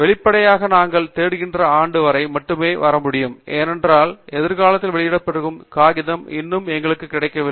வெளிப்படையாக நாங்கள் தேடுகின்ற ஆண்டு வரை மட்டுமே வர முடியும் ஏனென்றால் எதிர்காலத்தில் வெளியிடப்படவிருக்கும் காகிதம் இன்னும் எங்களுக்கு கிடைக்கவில்லை